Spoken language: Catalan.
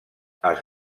els